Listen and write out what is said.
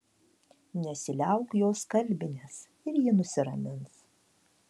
nesiliauk jos kalbinęs ir ji nusiramins